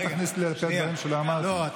אל תכניס לי לפה דברים שלא אמרתי.